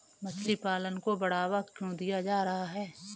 मछली पालन को बढ़ावा क्यों दिया जा रहा है?